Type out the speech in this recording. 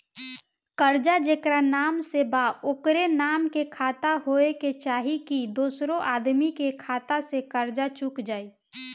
कर्जा जेकरा नाम से बा ओकरे नाम के खाता होए के चाही की दोस्रो आदमी के खाता से कर्जा चुक जाइ?